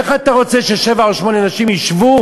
איך אתה רוצה ששבע או שמונה נשים ישבו